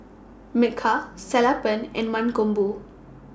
Milkha Sellapan and Mankombu